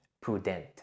prudent